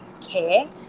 care